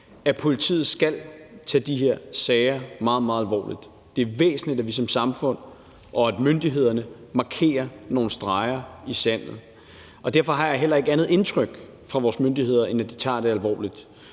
at politiet skal tage de her sager meget, meget alvorligt. Det er væsentligt, at vi som samfundog atmyndighederne markerer nogle streger i sandet. Derfor har jeg heller ikke et andet indtryk fra vores myndigheder, end at de tager det alvorligt.